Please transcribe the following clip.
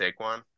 Saquon